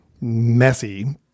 messy